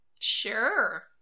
Sure